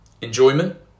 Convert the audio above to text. Enjoyment